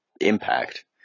Impact